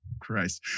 christ